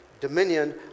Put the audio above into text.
dominion